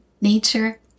nature